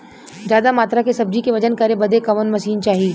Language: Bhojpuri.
ज्यादा मात्रा के सब्जी के वजन करे बदे कवन मशीन चाही?